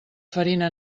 farina